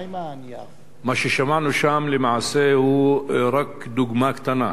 מה ששמענו שם, למעשה, הוא רק דוגמה קטנה